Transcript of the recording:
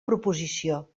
proposició